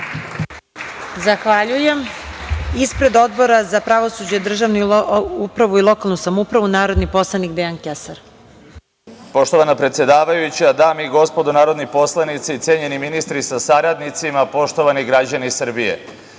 Zahvaljujem. Ispred Odbora za pravosuđe, državnu upravu i lokalnu samoupravu narodni poslanik Dejan Kesar. Izvolite. **Dejan Kesar** Poštovana predsedavajuća, dame i gospodo narodni poslanici, cenjeni ministri sa saradnicima, poštovani građani Srbije,